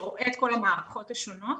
שרואה את כל המערכות השונות.